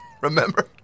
Remember